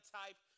type